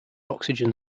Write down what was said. oxygen